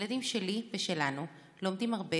הילדים שלי ושלנו לומדים הרבה,